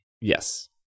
Yes